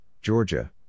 Georgia